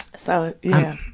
so, yeah.